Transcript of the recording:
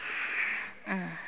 mm